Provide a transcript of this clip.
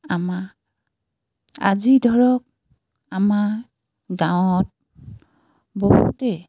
আমাৰ আজি ধৰক আমাৰ গাঁৱত বহুতেই